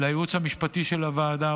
לייעוץ המשפטי של הוועדה,